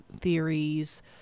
theories